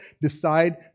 decide